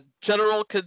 General